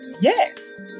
Yes